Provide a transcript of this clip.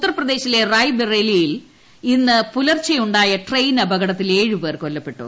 ഉത്തർപ്രദേശിലെ റായ്ബറേലിയിൽ ഇന്ന് ന് പുലർച്ചെയുണ്ടായിട്ട്രെയിൻ അപകടത്തിൽ ഏഴ് പേർ കൊല്ലപ്പെട്ടു